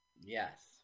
Yes